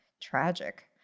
Tragic